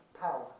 power